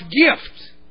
gift